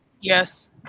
Yes